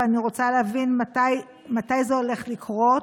ואני רוצה להבין מתי זה הולך לקרות.